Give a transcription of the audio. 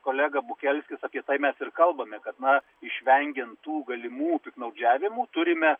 kolega bukelskis apie tai mes ir kalbame kad na išvengiant tų galimų piktnaudžiavimų turime